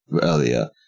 earlier